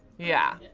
yeah,